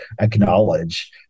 acknowledge